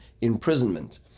imprisonment